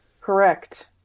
Correct